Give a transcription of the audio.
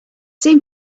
seem